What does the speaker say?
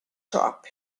shop